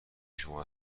شما